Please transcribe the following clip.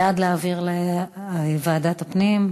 בעד, להעביר לוועדת הפנים.